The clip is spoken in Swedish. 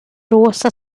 rosa